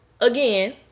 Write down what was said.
again